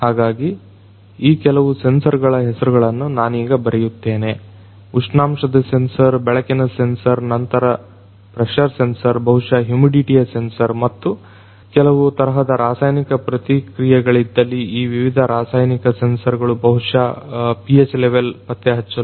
ಹಾಗಾಗಿ ಈ ಕೆಲವು ಸೆನ್ಸರ್ಗಳ ಹೆಸರುಗಳನ್ನು ನಾನೀಗ ಬರೆಯುತ್ತೇನೆ ಉಷ್ಣಾಂಶದ ಸೆನ್ಸರ್ ಬೆಳಕಿನ ಸೆನ್ಸರ್ ನಂತರ ಪ್ರೆಶರ್ ಸೆನ್ಸರ್ ಬಹುಶಃ ಹ್ಯುಮಿಡಿಟಿಯ ಸೆನ್ಸರ್ ಮತ್ತು ಕೆಲವು ತರಹದ ರಾಸಾಯನಿಕ ಪ್ರತಿಕ್ರೀಯೆಗಳಿದ್ದಲ್ಲಿ ಈ ವಿವಿಧ ರಾಸಾಯನಿಕ ಸೆನ್ಸರ್ಗಳು ಬಹುಶಃ pH ಲೆವೆಲ್ ಪತ್ತೆಹಚ್ಚಲು